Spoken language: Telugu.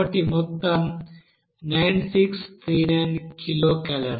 కాబట్టి మొత్తం 9639 కిలోకలోరీ